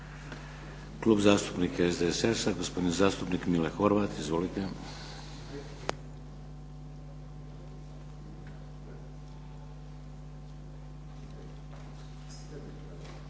Klub zastupnika SDSS-a, gospodin zastupnik Mile Horvat. Izvolite.